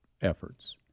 efforts